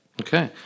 Okay